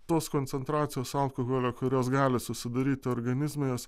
tos koncentracijos alkoholio kurios gali susidaryti organizme jos